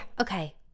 okay